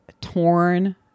torn